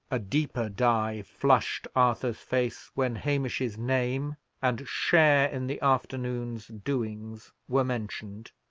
a deeper dye flushed arthur's face when hamish's name and share in the afternoon's doings were mentioned,